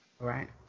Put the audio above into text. Right